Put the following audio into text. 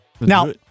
Now